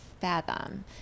fathom